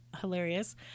hilarious